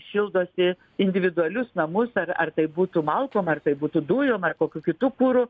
šildosi individualius namus ar ar tai būtų malkom ar tai būtų dujom ar kokiu kitu kuru